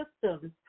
systems